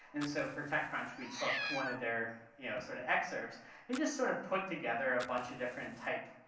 and so for techcrunch we took one of their you know sort of excerpts and just sort of put together a bunch of different type